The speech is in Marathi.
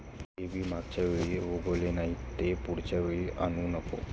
जे बी मागच्या वेळी उगवले नाही, ते पुढच्या वेळी आणू नको